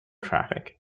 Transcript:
traffic